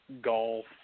golf